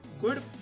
good